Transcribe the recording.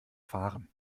fahren